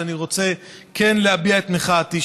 שאני רוצה כן להביע את מחאתי,